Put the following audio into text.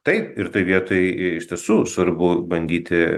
taip ir toj vietoj iš tiesų svarbu bandyti